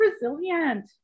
resilient